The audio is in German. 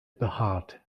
behaart